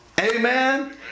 Amen